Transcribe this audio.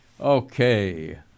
Okay